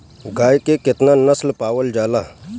गाय के केतना नस्ल पावल जाला?